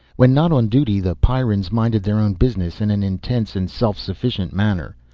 when not on duty the pyrrans minded their own business in an intense and self-sufficient manner.